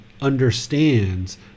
understands